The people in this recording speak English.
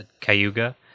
Cayuga